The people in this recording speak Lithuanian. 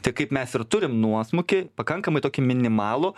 tai kaip mes ir turim nuosmukį pakankamai tokį minimalų